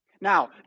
Now